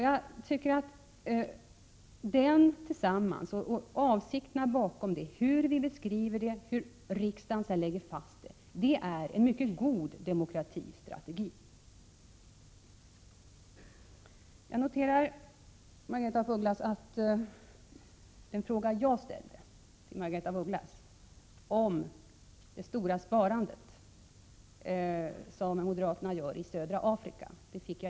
Jag tycker att den tillsammans med avsikterna bakom den — hur vi beskriver detta i propositionen och riksdagen sedan lägger fast det — är en mycket god demokratistrategi. Jag noterar att jag inte har fått något svar på den fråga jag har ställt till Margaretha af Ugglas om det stora sparandet som moderaterna gör beträffande södra Afrika.